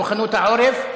מוכנות העורף,